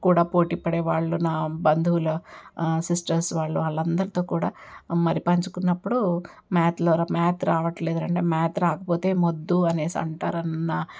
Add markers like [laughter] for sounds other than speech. కూడా పోటీపడే వాళ్ళు నా బంధువులు సిస్టర్స్ వాళ్ళు వాళ్ళ అందరితో కూడా మరీ పంచుకున్నప్పుడు మ్యాథ్లోన మ్యాథ్ రావట్లేదు [unintelligible] మ్యాథ్ రాకపోతే మొద్దు అనేసి అంటారన్న